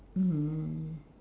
um